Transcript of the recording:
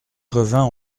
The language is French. revint